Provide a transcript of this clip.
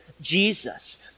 Jesus